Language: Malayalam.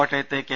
കോട്ടയത്ത് കെ